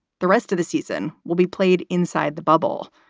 the rest of the season will be played inside the bubble,